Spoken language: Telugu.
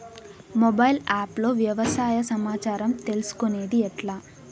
మొబైల్ ఆప్ లో వ్యవసాయ సమాచారం తీసుకొనేది ఎట్లా?